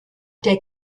der